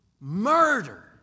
murder